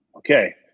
Okay